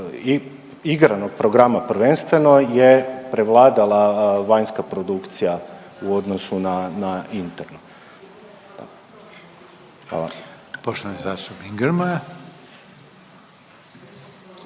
igranog programa prvenstveno, je prevladala vanjska produkcija u odnosu na, na internu.